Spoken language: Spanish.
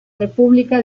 república